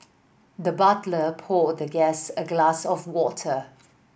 the butler poured the guest a glass of water